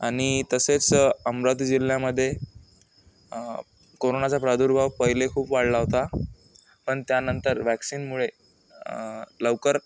आणि तसेच अमरावती जिल्ह्यामध्ये कोरोनाचा प्रादुर्भाव पहिले खूप वाढला होता पण त्यानंतर वॅक्सिनमुळे लवकर